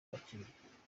abakiriya